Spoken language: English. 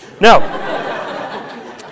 No